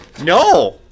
No